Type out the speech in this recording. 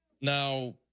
Now